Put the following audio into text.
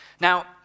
Now